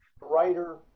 Writer